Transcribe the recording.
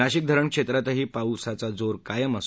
नाशिक धरण क्षेत्रातही पावसाचा जोर कायम आहे